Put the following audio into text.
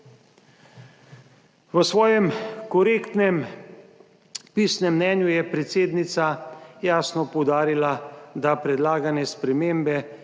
V svojem korektnem pisnem mnenju je predsednica jasno poudarila, da predlagane spremembe,